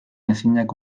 ezinak